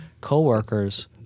coworkers